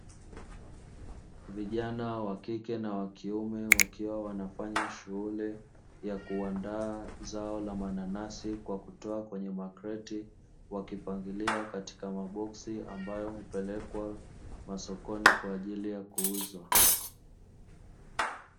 Vijana wa kike na kiume wakiwa wanafanya shughuli ya kuandaa zao la mananasi kwa kutoa kwenye makreti, wakipangilia katika maboksi, ambayo hupelekwa masokoni kwa ajili ya kuuzwa.